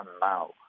now